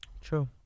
true